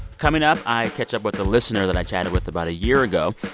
coming up, i catch up with a listener that i chatted with about a year ago.